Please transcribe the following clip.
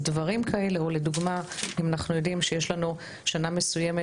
דברים כאלה או לדוגמה אם אנחנו יודעים שיש לנו שנה מסוימת